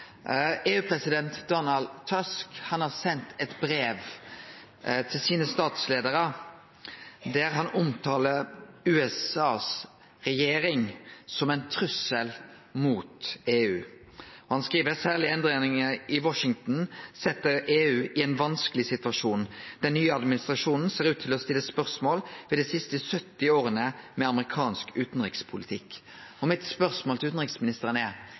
Donald Tusk har sendt eit brev til sine statsleiarar, der han omtaler USAs regjering som ein trussel mot EU. Han skriv: «Særlig endringen i Washington setter EU i en vanskelig situasjon. Den nye administrasjonen ser ut til å stille spørsmål ved de siste 70 årene med amerikansk utenrikspolitikk.» Mitt spørsmål til utanriksministeren er: